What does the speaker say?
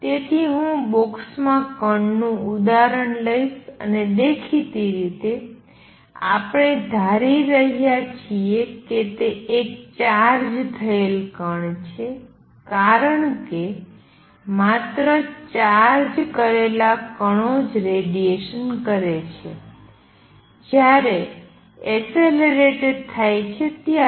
તેથી હું બોક્સમાં કણનું ઉદાહરણ લઈશ અને દેખીતી રીતે આપણે ધારી રહ્યા છીએ કે તે એક ચાર્જ થયેલ કણ છે કારણ કે માત્ર ચાર્જ કરેલા કણો રેડીએશન કરે છે જ્યારે એસેલેરેટ થાય છે ત્યારે